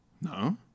No